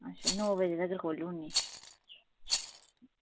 अच्छा नौ बजे तगर खोल्ली ओड़नी